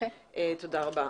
תודה רבה.